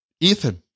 Ethan